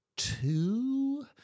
Two